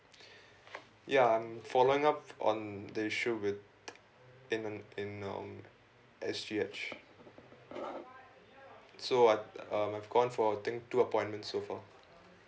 ya I'm following up on the issue with in an in um S_G_H so I've uh I've gone for I think two appointment so far